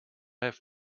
have